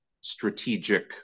strategic